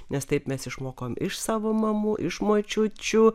nes taip mes išmokom iš savo mamų iš močiučių